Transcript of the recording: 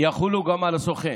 יחולו גם על הסוכן.